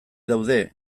daude